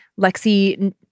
Lexi